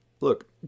look